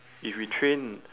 if we train